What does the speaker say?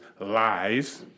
lies